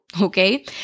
Okay